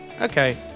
okay